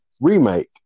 remake